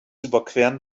überqueren